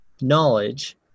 knowledge